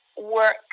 work